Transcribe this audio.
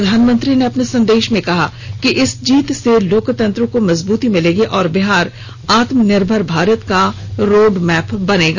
प्रधानमंत्री ने अपने संदेश में कहा कि इस जीत से लोकतंत्र को मजबूती मिलेगी और बिहार आत्मनिर्भर भारत का रोडमैप बनेगा